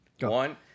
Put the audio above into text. One